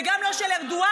וגם לא של ארדואן,